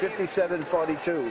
fifty seven forty two